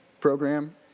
program